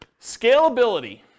Scalability